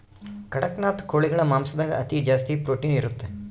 ಕಡಖ್ನಾಥ್ ಕೋಳಿಗಳ ಮಾಂಸದಾಗ ಅತಿ ಜಾಸ್ತಿ ಪ್ರೊಟೀನ್ ಇರುತ್ತೆ